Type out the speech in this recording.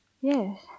Yes